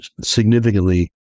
significantly